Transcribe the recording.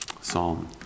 Psalm